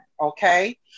okay